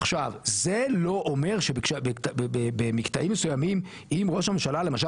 עכשיו זה לא אומר שבמקטעים מסוימים אם ראש הממשלה למשל